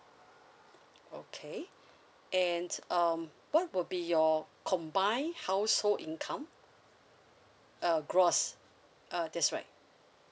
okay and um what will be your combined household income uh gross uh that's right